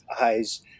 eyes